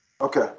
Okay